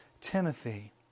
Timothy